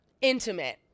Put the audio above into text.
intimate